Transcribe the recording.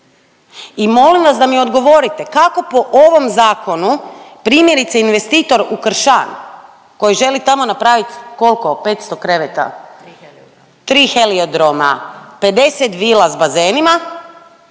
i molim vas da mi odgovorite kako po ovom zakonu primjerice investitor Ukršan koji želi tamo napraviti koliko 500 kreveta, 3 heliodroma, 50 vila sa bazenima